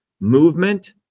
Movement